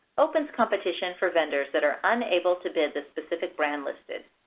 opens competition for vendors that are unable to bid the specific brand listed.